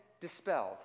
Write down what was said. dispelled